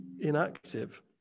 inactive